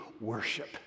worship